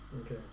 okay